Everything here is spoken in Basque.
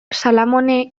salamone